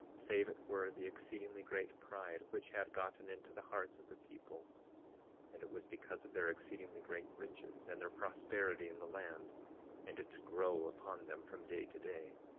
save it were the exceedingly great pride which had gotten into the hearts of the people and it was because of their exceedingly great riches and their prosperity in the land and it did grow upon them from day to day.